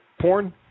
porn